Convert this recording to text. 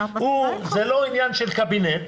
זה לא עניין של קבינט,